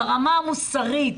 ברמה המוסרית.